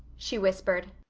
she whispered.